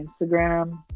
Instagram